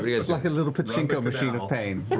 it's like a little pachinko machine of pain.